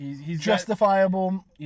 justifiable